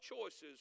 choices